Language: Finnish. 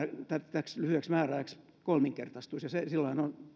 täksi lyhyeksi määräajaksi kolminkertaistuisi silloin on